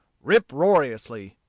rip-roariously.